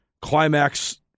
climax